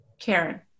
karen